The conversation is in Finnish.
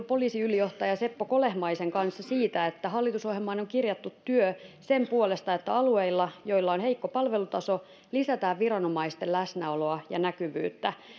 poliisiylijohtaja seppo kolehmaisen kanssa siitä että hallitusohjelmaan on on kirjattu työ sen puolesta että alueilla joilla on heikko palvelutaso lisätään viranomaisten läsnäoloa